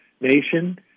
nation